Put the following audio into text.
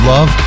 Love